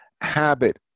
habit